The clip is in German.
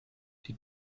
die